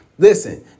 Listen